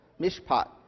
mishpat